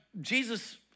Jesus